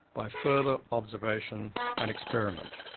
by further observation and experiment.